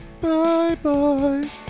Bye-bye